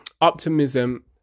optimism